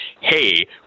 hey